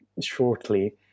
shortly